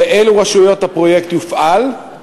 באילו רשויות הפרויקט יופעל?